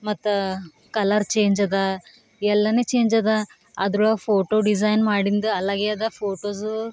ಮತ್ತು colour change ಅದ ಎಲ್ಲನೆ ಚೇಂಜ್ ಅದ ಅದ್ರೊಳಗೆ ಫೋಟೋ ಡಿಸೈನ್ ಮಾಡಿಂದು ಅಲಗೆಯದ ಫೋಟೋಸು